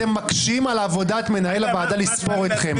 אתם מקשים על עבודת מנהל הוועדה לספור אתכם,